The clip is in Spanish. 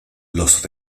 los